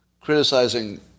criticizing